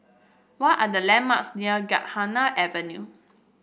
what are the landmarks near Gymkhana Avenue